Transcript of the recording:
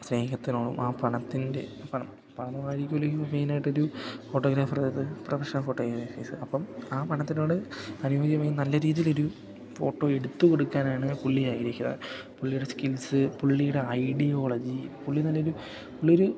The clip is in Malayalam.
ആ സ്നേഹത്തിനോളം ആ പണത്തിൻ്റെ പണം പണമായിരിക്കുമല്ലോ മെയിനായിട്ടൊരു ഫോട്ടോഗ്രാഫർ അത് പ്രൊഫഷണൽ ഫോട്ടോ ചെയ്യുന്ന കേസ് അപ്പം ആ പണത്തിനോട് നല്ല രീതിയിലൊരു ഫോട്ടോ എടുത്ത് കൊടുക്കാനാണ് പുള്ളിയാഗ്രഹിക്കുന്നത് പുള്ളീടെ സ്കിൽസ് പുള്ളിയുടെ ഐഡിയോളജി പുള്ളി നല്ലൊരു പുള്ളിയൊരു